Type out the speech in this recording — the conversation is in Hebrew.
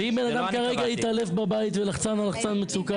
ואם בן אדם כרגע התעלף ולחץ על לחצן מצוקה